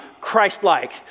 Christ-like